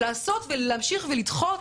לעשות ולהמשיך לדחות?